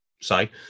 say